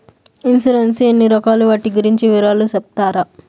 Insurance ఎన్ని రకాలు వాటి గురించి వివరాలు సెప్తారా?